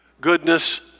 Goodness